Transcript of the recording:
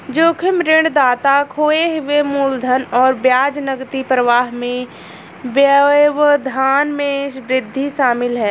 जोखिम ऋणदाता खोए हुए मूलधन और ब्याज नकदी प्रवाह में व्यवधान में वृद्धि शामिल है